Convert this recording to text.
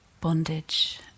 bondage